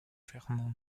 vermont